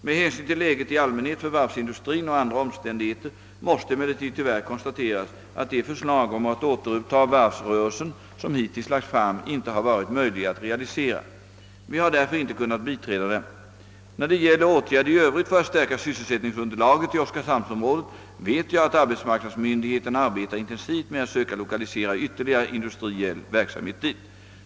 Med hänsyn till läget i allmänhet för varvsindustrin och andra omständigheter måste emellertid tyvärr konstateras att de förslag om att återuppta varvsrörelsen som hittills lagts fram inte har varit möjliga att realisera. Vi har därför inte kunnat biträda dem. När det gäller åtgärder i övrigt för att stärka sysselsättningsunderlaget i oskarshamnsområdet vet jag att arbetsmarknadsmyndigheterna arbetar intensivt med att söka lokalisera ytterligare industriell verksamhet dit.